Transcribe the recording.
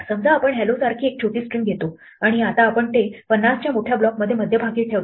समजा आपण हॅलो सारखी एक छोटी स्ट्रिंग घेतो आणि आता आपण ते 50 च्या मोठ्या ब्लॉकमध्ये मध्यभागी ठेवतो